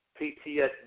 PTSD